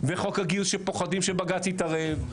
וחוק הגיוס שפוחדים שבג"צ יתערב,